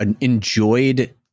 enjoyed